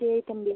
சரி தம்பி